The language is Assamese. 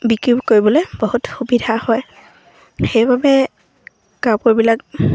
বিক্ৰী কৰিবলৈ বহুত সুবিধা হয় সেইবাবে কাপোৰবিলাক